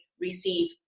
receive